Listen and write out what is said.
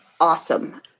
awesome